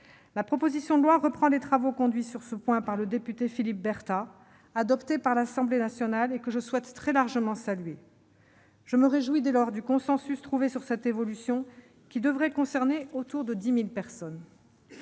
La proposition de loi reprend les travaux conduits sur ce point par le député Philippe Berta et adoptés par l'Assemblée nationale- je souhaite très sincèrement saluer ce travail. Je me réjouis dès lors du consensus trouvé sur cette évolution, qui devrait concerner environ 10 000 personnes.